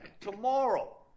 tomorrow